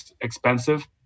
expensive